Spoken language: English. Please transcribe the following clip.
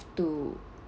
to